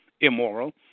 immoral